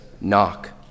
knock